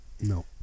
no